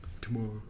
Tomorrow